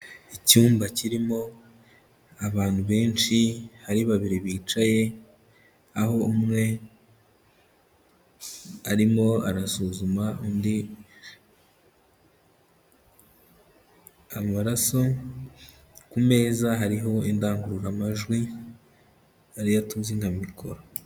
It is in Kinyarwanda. Icyumba kirimo abantu benshi, hari babiri bicaye, aho umwe arimo arasuzuma undi amaraso, ku meza hariho indangururamajwi ari yo tuzi nka mikoro.